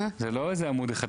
זה לא איזה עמוד אחד,